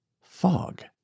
fog